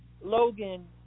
Logan